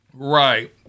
Right